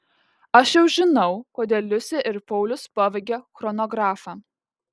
aš jau žinau kodėl liusė ir paulius pavogė chronografą